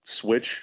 switch